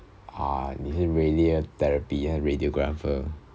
ah 你是 radiotherapy 她是 and radiographer